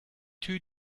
too